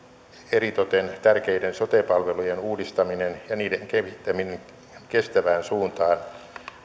eritoten tärkeiden sote palvelujen uudistaminen ja niiden kehittäminen kestävään suuntaan